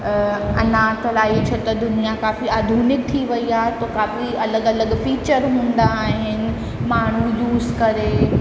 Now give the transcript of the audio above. अञा त अलाई छो त दुनिया काफ़ी आधुनिक थी वई आहे काफ़ी अलॻि अलॻि फीचर हूंदा आहिनि माण्हू यूज़ करे